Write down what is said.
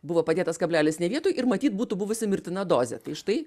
buvo padėtas kablelis ne vietoj ir matyt būtų buvusi mirtina dozė tai štai